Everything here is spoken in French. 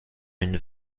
une